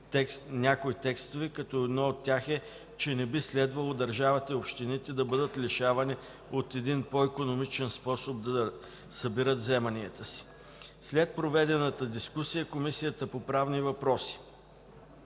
някои текстове, като едно от тях е, че не би следвало държавата и общините да бъдат лишавани от един по-икономичен способ да събират вземанията си. След проведената дискусия, Комисията по правни въпроси: